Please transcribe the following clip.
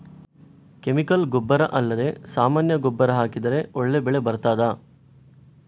Chemical ಗೊಬ್ಬರ ಅಲ್ಲದೆ ಸಾಮಾನ್ಯ ಗೊಬ್ಬರ ಹಾಕಿದರೆ ಒಳ್ಳೆ ಬೆಳೆ ಬರ್ತದಾ?